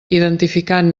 identificant